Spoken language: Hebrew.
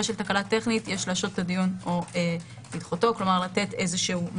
של תקלה טכנית יש להשהות את הדיון או לדחותו כלומר לתת מענה.